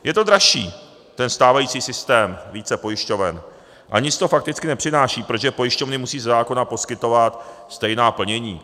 Je to dražší, ten stávající systém více pojišťoven, a nic to fakticky nepřináší, protože pojišťovny musí ze zákona poskytovat stejná plnění.